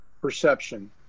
perception